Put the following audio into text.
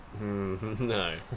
No